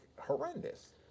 horrendous